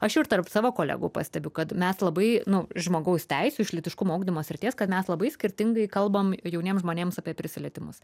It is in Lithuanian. aš ir tarp savo kolegų pastebiu kad mes labai nu žmogaus teisių iš lytiškumo ugdymo srities kad mes labai skirtingai kalbam jauniems žmonėms apie prisilietimus